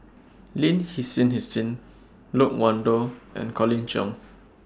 Lin Hsin Hsin Loke Wan Tho and Colin Cheong